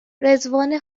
رضوان